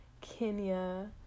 Kenya